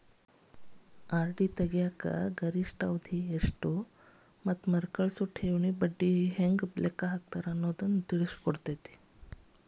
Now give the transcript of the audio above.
RD ತೆರೆಯಲು ಗರಿಷ್ಠ ಅವಧಿ ಎಷ್ಟು ಮರುಕಳಿಸುವ ಠೇವಣಿ ಬಡ್ಡಿಯನ್ನ ಹೆಂಗ ಲೆಕ್ಕ ಹಾಕ್ತಾರ ಅನ್ನುದನ್ನ ತಿಳಿಸಿಕೊಡ್ತತಿ